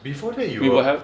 before that you were